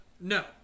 No